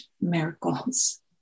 miracles